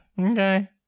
okay